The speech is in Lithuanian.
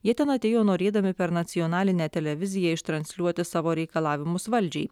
jie ten atėjo norėdami per nacionalinę televiziją ištransliuoti savo reikalavimus valdžiai